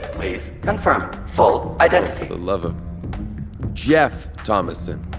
please confirm full identity oh, for the love of geoff thomassen.